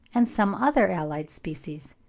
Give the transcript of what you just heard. and some other allied species.